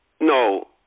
no